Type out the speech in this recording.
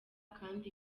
kandi